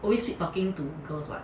always we talking to girls [what]